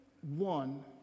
one